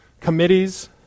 committees